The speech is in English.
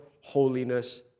holiness